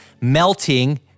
Melting